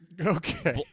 Okay